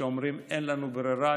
שאומרים: אין לנו ברירה,